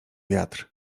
wiatr